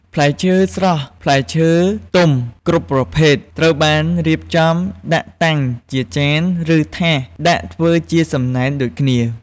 ផ្លែឈើស្រស់ ផ្លែឈើទុំគ្រប់ប្រភេទ ត្រូវបានរៀបចំដាក់តាំងជាចាន ឬ ថាស ដាក់ធ្វើជាសំណែនដូចគ្នា។